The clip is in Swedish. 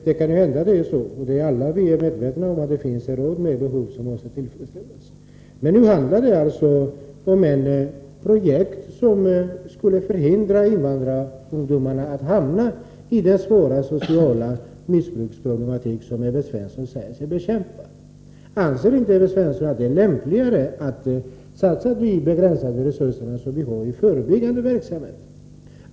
Vi är alla medvetna om att det finns en mängd behov som måste tillgodoses, men nu handlar det om ett projekt som skulle förhindra att invandrarungdomar hamnar i den svåra missbruksproblematik som Evert Svensson säger sig bekämpa. Anser inte Evert Svensson att det är lämpligare att satsa de begränsade resurser vi har i förebyggande verksamhet?